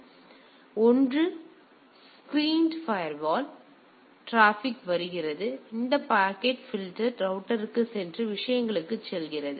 எனவே ஒன்று screened firewall இங்கே டிராபிக் வருகிறது பின்னர் அது இந்த பாக்கெட் பில்டர் ரௌட்டர்க்குச் சென்று விஷயங்களுக்குச் செல்கிறது